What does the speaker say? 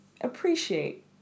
Appreciate